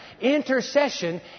Intercession